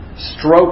stroke